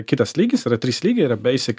kitas lygis yra trys lygiai yra beisik